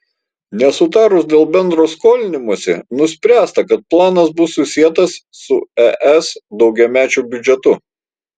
nesutarus dėl bendro skolinimosi nuspręsta kad planas bus susietas su es daugiamečiu biudžetu